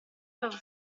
cosa